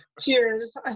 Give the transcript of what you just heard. cheers